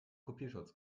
kopierschutz